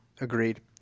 agreed